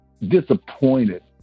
disappointed